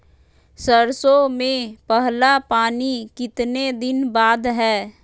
सरसों में पहला पानी कितने दिन बाद है?